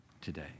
today